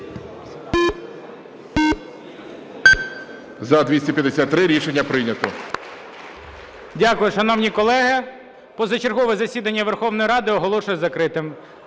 За-253 Рішення прийнято.